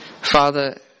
Father